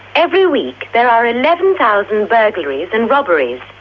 every week there are eleven thousand burglaries and robberies.